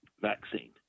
vaccine